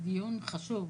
דיון חשוב.